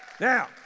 Now